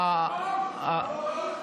היושב-ראש,